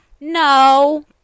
no